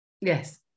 Yes